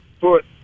foot